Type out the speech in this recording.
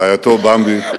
רעייתו במבי,